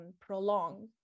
prolong